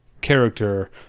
character